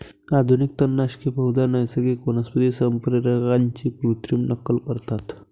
आधुनिक तणनाशके बहुधा नैसर्गिक वनस्पती संप्रेरकांची कृत्रिम नक्कल करतात